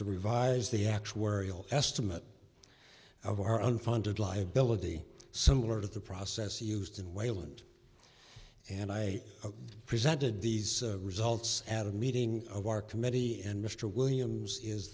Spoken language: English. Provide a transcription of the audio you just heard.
to revise the actuarial estimate of our unfunded liability similar to the process used in wayland and i presented these results at a meeting of our committee and mr williams is